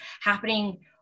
happening